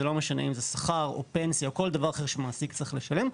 זה לא משנה אם זה שכר או פנסיה או כל דבר אחר שמעסיק צריך לשלם,